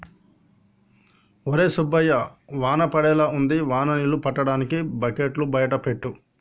ఒరై సుబ్బయ్య వాన పడేలా ఉంది వాన నీళ్ళు పట్టటానికి బకెట్లు బయట పెట్టు